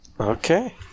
Okay